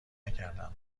نکردم